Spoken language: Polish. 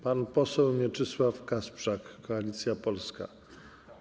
Pan poseł Mieczysław Kasprzak, Koalicja Polska.